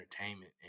entertainment